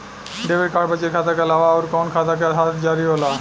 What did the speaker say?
Debit card बचत खाता के अलावा अउरकवन खाता के साथ जारी होला?